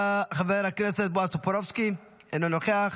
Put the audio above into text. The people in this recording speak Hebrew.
חבר הכנסת בועז טופורובסקי, אינו נוכח.